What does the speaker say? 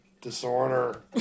disorder